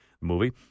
movie